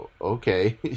okay